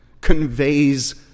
conveys